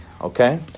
Okay